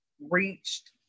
reached